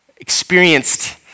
experienced